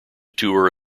tour